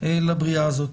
לבריאה הזאת.